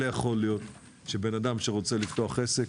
לא יכול להיות שאדם שרוצה לפתוח עסק,